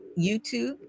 YouTube